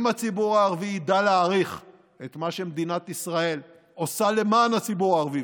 אם הציבור הערבי ידע להעריך את מה שמדינת ישראל עושה למען הציבור הערבי,